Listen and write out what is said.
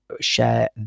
share